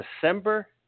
December